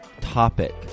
topic